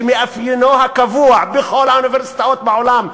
שמאפיינו הקבוע בכל האוניברסיטאות בעולם,